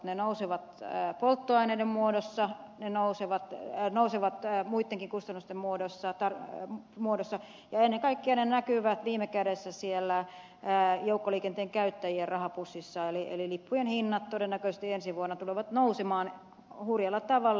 ne nousevat polttoaineiden muodossa ne nousevat muittenkin kustannusten muodossa ja ennen kaikkea ne näkyvät viime kädessä siellä joukkoliikenteen käyttäjien rahapussissa eli lippujen hinnat todennäköisesti ensi vuonna tulevat nousemaan hurjalla tavalla